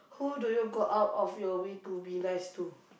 who do you go out of your way to be nice to